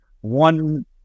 one